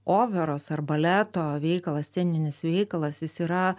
operos ar baleto veikalą sceninis veikalas jis yra